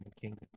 kingdom